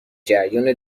جریان